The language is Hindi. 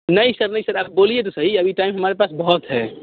नहीं सर नहीं सर आप बोलिए तो सही अभी टाइम हमारे पास बहुत है